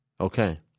Okay